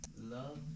Love